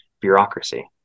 bureaucracy